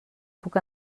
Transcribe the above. puc